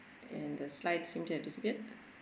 and the slide seem to have disappeared